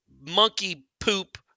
monkey-poop